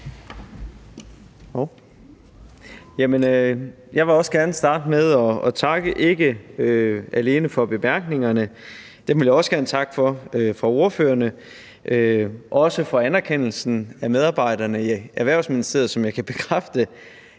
Jeg vil også gerne starte med at takke ikke alene for bemærkningerne fra ordførerne – dem vil jeg også gerne takke for – men også for anerkendelsen af medarbejderne i Erhvervsministeriet, som jeg kan bekræfte